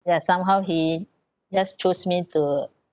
ya somehow he just chose me to